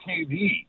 TV